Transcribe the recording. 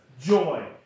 Joy